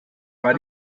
war